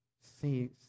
see